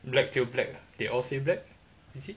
black 就 black they all say black is it